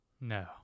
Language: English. No